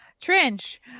trench